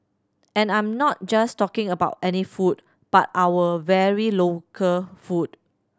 and I'm not just talking about any food but our very local food